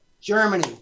Germany